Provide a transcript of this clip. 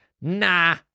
nah